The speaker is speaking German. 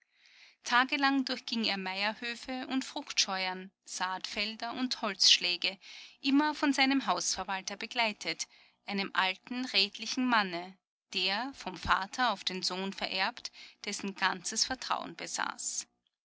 tagelang durchging er meierhöfe und fruchtscheuern saatfelder und holzschläge immer von seinem hausverwalter begleitet einem alten redlichen manne der vom vater auf den sohn vererbt dessen ganzes vertrauen besaß